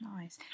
Nice